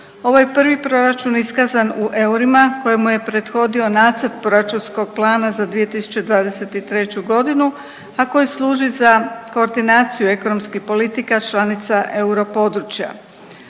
Ovaj prvi proračun iskazan u eurima kojemu je prethodio Nacrt proračunskog plana za 2023. godinu, a koji služi za koordinaciju ekonomskih politika članica europodručja.